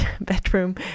bedroom